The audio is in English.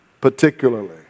particularly